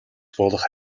болох